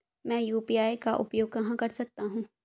मैं यू.पी.आई का उपयोग कहां कर सकता हूं?